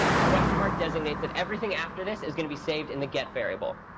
the question mark designates that everything after this is going to be saved in the get variable.